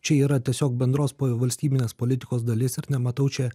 čia yra tiesiog bendros valstybinės politikos dalis ir nematau čia